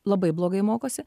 labai blogai mokosi